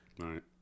Right